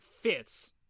fits